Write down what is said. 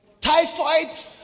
typhoid